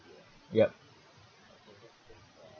yup